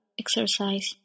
exercise